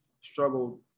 struggled